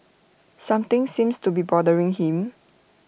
something seems to be bothering him